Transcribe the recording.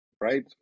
right